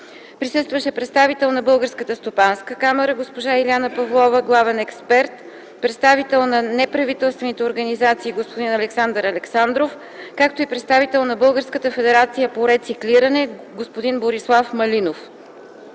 Присъстваше представител на Българската стопанска камара – госпожа Илиана Павлова, главен експерт, представител на неправителствените организации – господин Александър Александров, както и представител на Българската федерация по рециклиране – господин Борислав Малинов.